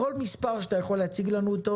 כל מספר אתה יכול להציג לנו אותו,